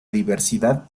diversidad